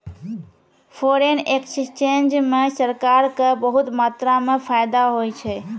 foreign exchange म सरकार क बहुत मात्रा म फायदा होय छै